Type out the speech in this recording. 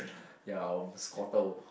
ya um Squirtle